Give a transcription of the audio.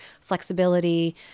flexibility